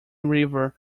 river